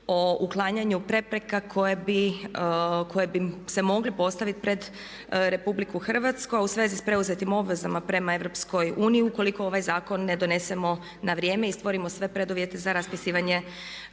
o uklanjanju prepreka koje bi se mogle postaviti pred RH a u svezi s preuzetim obvezama prema EU ukoliko ovaj zakon ne donesemo na vrijeme i stvorimo sve preduvjete za raspisivanje